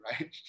right